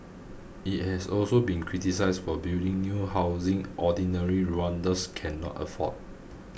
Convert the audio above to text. it has also been criticised for building new housing ordinary Rwandans cannot afford